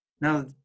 now